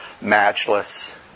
matchless